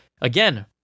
again